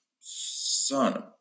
son